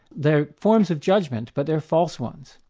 they're forms of judgment, but they're false ones.